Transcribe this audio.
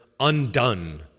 undone